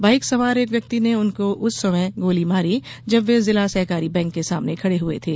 bike सवार एक व्यक्ति ने उनको उस समय गोली मारी जब वे जिला सहकारी बैंक के सामने खड़े हुए थे